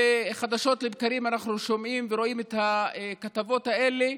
וחדשות לבקרים אנחנו שומעים ורואים את הכתבות האלה.